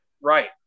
Right